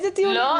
לא.